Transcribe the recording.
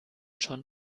schon